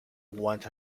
went